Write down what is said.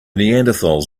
neanderthals